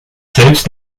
selbst